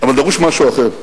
אבל דרוש משהו אחר,